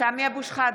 סמי אבו שחאדה,